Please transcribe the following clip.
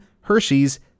Hershey's